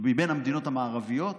מבין המדינות המערביות.